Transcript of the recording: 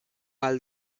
ahal